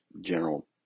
general